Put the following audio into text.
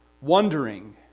wondering